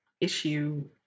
issue